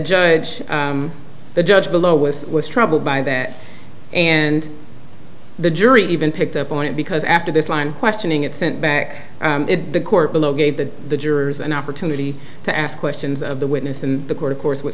judge the judge below with was troubled by that and the jury even picked up on it because after this line questioning it sent back the court below gave the the jurors an opportunity to ask questions of the witness and the court of course w